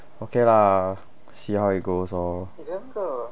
okay lah see how it goes lor